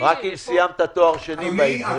יש פה --- רק אם סיימת תואר שני בעברית.